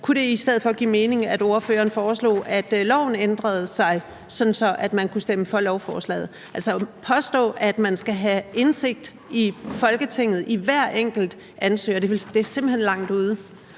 kunne det i stedet for give mening, at ordføreren foreslog, at loven blev ændret, sådan at man kunne stemme for lovforslaget? Altså, at påstå, at man i Folketinget skal have indsigt i hver enkelt ansøgers sag, er simpelt hen langt ude.